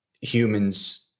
humans